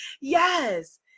Yes